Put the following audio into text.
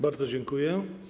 Bardzo dziękuję.